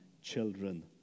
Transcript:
children